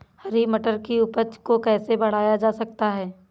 हरी मटर की उपज को कैसे बढ़ाया जा सकता है?